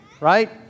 Right